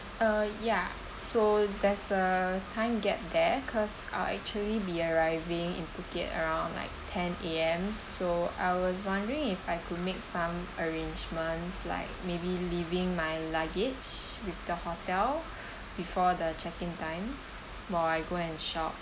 uh ya so there's a time gap there cause I actually be arriving in phuket around like ten A_M so I was wondering if I could make some arrangements like maybe leaving my luggage with the hotel before the check in time while I go and shop